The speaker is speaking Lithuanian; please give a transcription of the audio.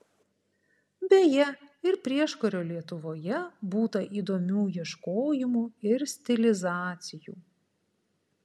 beje ir prieškario lietuvoje būta įdomių ieškojimų ir stilizacijų